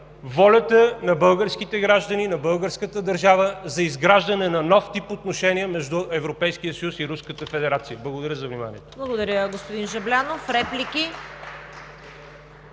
волята на българските граждани, на българската държава за изграждане на нов тип отношения между Европейския съюз и Руската федерация. Благодаря за вниманието. (Ръкопляскания от „БСП